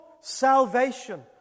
Salvation